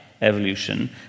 evolution